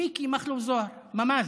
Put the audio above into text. מיקי מכלוף זוהר, ממ"ז.